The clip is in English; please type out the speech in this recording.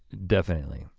definitely.